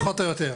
פחות או יותר.